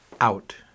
out